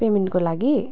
पेमेन्टको लागि